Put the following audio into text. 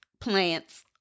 plants